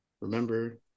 Remember